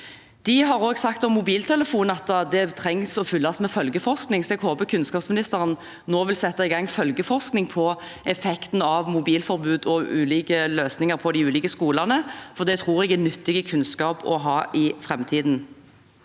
De har også sagt om mobiltelefon at det trengs følgeforskning, så jeg håper kunnskapsministeren nå vil sette i gang følgeforskning på effekten av mobilforbud og ulike løsninger på de ulike skolene, for det tror jeg er nyttig kunnskap å ha i framtiden.